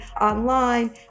online